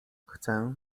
chcę